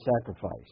sacrifice